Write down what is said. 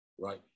right